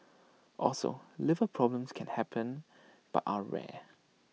also liver problems can happen but are rare